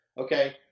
Okay